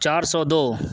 چار سو دو